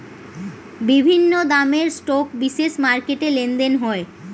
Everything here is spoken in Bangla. বিভিন্ন দামের স্টক বিশেষ মার্কেটে লেনদেন হয়